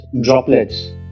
droplets